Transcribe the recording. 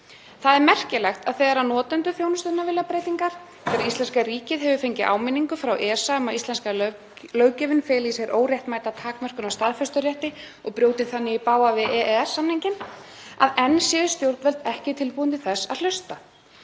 Það er merkilegt að þegar notendur þjónustunnar vilja breytingar, þegar íslenska ríkið hefur fengið áminningu frá ESA um að íslenska löggjöfin feli í sér óréttmæta takmörkun á staðfesturétti og brjóti þannig í bága við EES-samninginn, þá eru stjórnvöld enn ekki tilbúin til að hlusta.